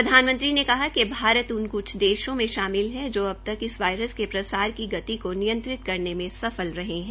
प्रधानमंत्री ने कहा कि भारत उन कुछ देशों में शामिल है जो अब तक इस वायरस के प्रसार की गति को नियंत्रित करने में सफल रहे है